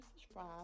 subscribe